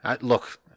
Look